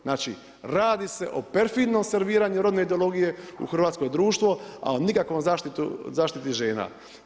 Znači, radi se o perfidno serviranju rodne ideologije u hrvatsko društvo, ali nikako o zaštiti žena.